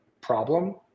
problem